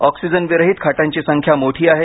ऑक्सिजनविरहित खाटांची संख्या मोठी आहे